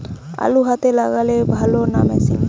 আলু হাতে লাগালে ভালো না মেশিনে?